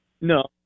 no